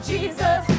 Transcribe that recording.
Jesus